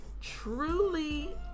truly